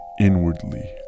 inwardly